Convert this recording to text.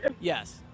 yes